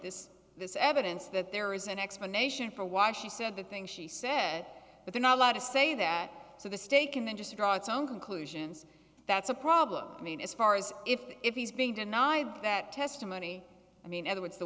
this this evidence that there is an explanation for why she said the things she said but they're not allowed to say that so the state can then just draw some conclusions that's a problem i mean as far as if he's being denied that testimony i mean other words the